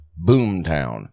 boomtown